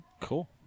Cool